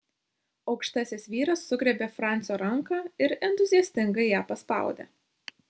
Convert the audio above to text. aukštasis vyras sugriebė francio ranką ir entuziastingai ją paspaudė